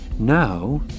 Now